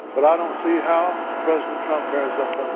but i don't see how president trump bears up um